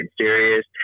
serious